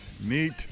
neat